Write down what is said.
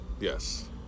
Yes